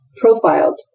profiled